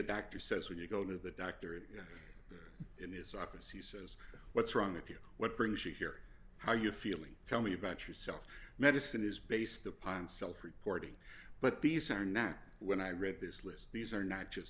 doctor says when you go to the doctor and in this office he says what's wrong with you what brings you here how you're feeling tell me about yourself medicine is based upon self reporting but these are not when i read this list these are not just